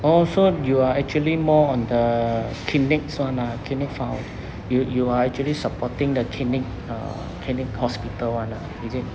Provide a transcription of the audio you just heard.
oh so you are actually more on the clinics [one] ah kidney found~ you you are actually supporting the clinic uh clinic hospital [one] lah is it